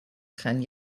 gaan